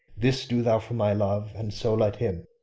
this do thou for my love and so let him,